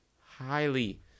highly